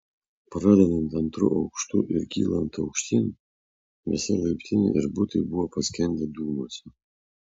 pradedant antru aukštu ir kylant aukštyn visa laiptinė ir butai buvo paskendę dūmuose